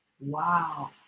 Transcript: Wow